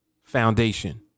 foundation